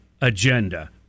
agenda